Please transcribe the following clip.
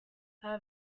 her